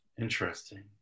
Interesting